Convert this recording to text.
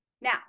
Now